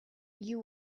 you